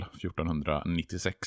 1496